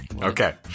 Okay